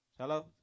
Hello